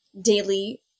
daily